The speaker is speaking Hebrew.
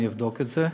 אני אבדוק את זה.